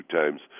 times